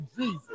Jesus